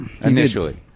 Initially